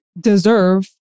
deserve